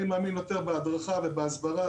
אני מאמין יותר בהדרכה והסברה,